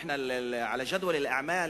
כאחד.